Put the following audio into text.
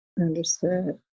understood